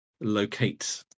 locate